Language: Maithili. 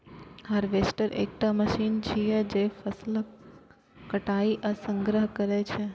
हार्वेस्टर एकटा मशीन छियै, जे फसलक कटाइ आ संग्रहण करै छै